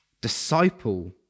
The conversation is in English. disciple